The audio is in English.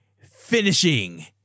finishing